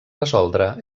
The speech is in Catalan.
resoldre